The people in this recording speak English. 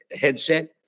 headset